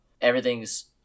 everything's